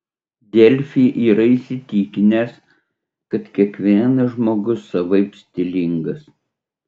delfi yra įsitikinęs kad kiekvienas žmogus savaip stilingas